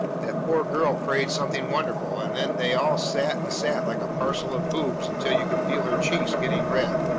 that poor girl prayed something wonderful, and then they all sat and sat like a parcel of boobs until you could feel her cheeks getting red,